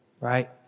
right